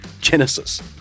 genesis